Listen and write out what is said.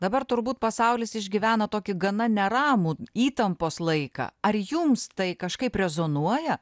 dabar turbūt pasaulis išgyvena tokį gana neramų įtampos laiką ar jums tai kažkaip rezonuoja